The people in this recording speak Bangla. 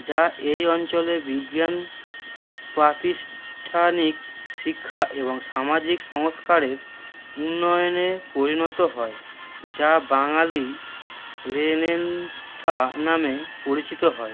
যা এই অঞ্চলের বিজ্ঞান প্রাতিষ্ঠানিক শিক্ষা এবং সামাজিক সংস্কারের উন্নয়নে পরিণত হয় যা বাঙালি রেনেসাঁ নামে পরিচিত হয়